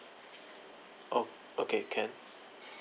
oh okay can